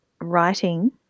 writing